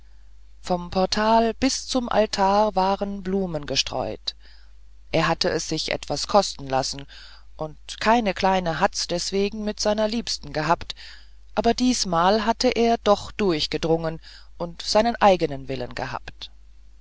vom portal bis zum altar waren blumen gestreut er hatte es sich etwas kosten lassen und keine kleine hatz deswegen mit seiner liebsten gehabt aber diesmal hatte er doch durchgedrungen und seinen eigenen willen gehabt